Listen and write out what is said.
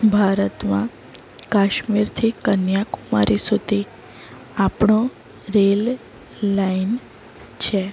ભારતમાં કાશ્મીરથી કન્યા કુમારી સુધી આપણો રેલ લાઈન છે